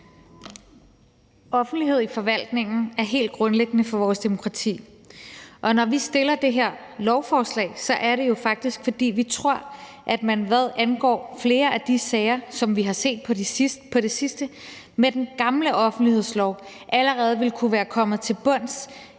Offentlighed i forvaltningen er helt grundlæggende for vores demokrati. Og når vi fremsætter det her lovforslag, er det jo faktisk, fordi vi tror, at man, hvad angår flere af de sager, som vi har set på det sidste, med den gamle offentlighedslov allerede ville kunne være kommet til bunds